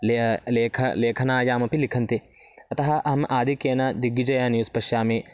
लेखनं लेखनं लेखनायामपि लिखन्ति अतः अहम् आधिक्येन दिग्गिजय न्यूस् पश्यामि